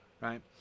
Right